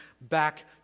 back